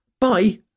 Bye